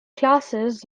classes